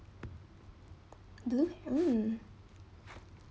do hmm